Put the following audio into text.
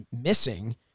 missing